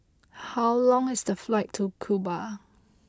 how long is the flight to Cuba